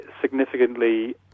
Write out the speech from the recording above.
significantly